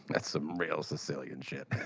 that's some real sicilian shit.